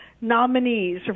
nominees